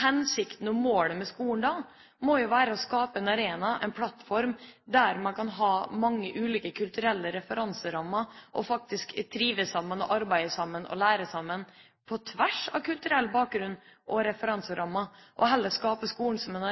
Hensikten og målet med skolen må jo være å skape en arena, en plattform, der man kan ha mange ulike kulturelle referanserammer og faktisk trives sammen og arbeide sammen og lære sammen på tvers av kulturell bakgrunn og referanserammer. Vi må heller skape skolen som en